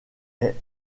est